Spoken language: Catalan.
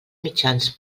mitjans